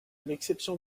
l’exception